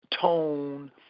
tone